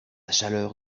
chaleur